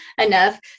enough